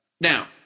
Now